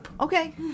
Okay